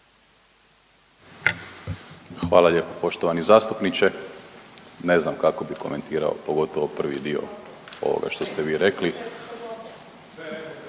Hvala lijepo poštovani zastupniče. Ne znam kako bih komentirao pogotovo prvi dio ovoga što ste vi rekli.